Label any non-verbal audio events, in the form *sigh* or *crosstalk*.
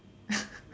*laughs*